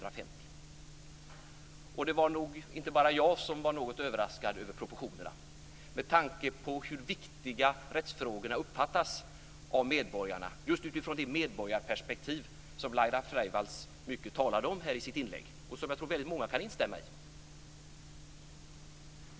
Det var nog inte bara jag som var något överraskad över proportionerna, med tanke på hur viktiga som rättsfrågorna uppfattas vara bland medborgarna, just i det medborgarperspektiv som Laila Freivalds talade mycket om i sitt inlägg och som jag tror att många kan instämma i.